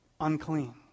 unclean